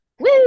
woo